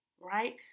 right